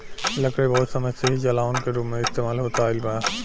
लकड़ी बहुत समय से ही जलावन के रूप में इस्तेमाल होत आईल बा